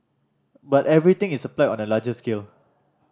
but everything is applied on a larger scale